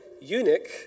eunuch